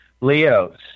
Leo's